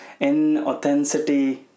inauthenticity